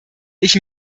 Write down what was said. ich